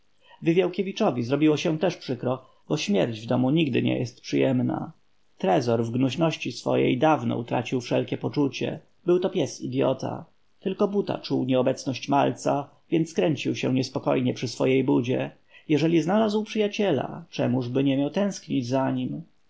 zrobiło się też przykro bo śmierć w domu nigdy nie jest przyjemna trezor w gnuśności swojej dawno utracił wszelkie poczucie był to pies idyota tylko buta czuł nieobecność malca więc kręcił się niespokojnie przy swojej budzie jeżeli znalazł przyjaciela czemużby nie miał tęsknić za